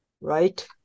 right